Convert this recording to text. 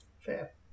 Fair